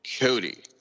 Cody